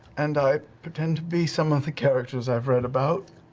and i pretend to be some of the characters i've read about,